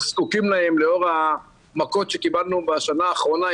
זקוקים להם לאור המכות שקיבלנו בשנה האחרונה,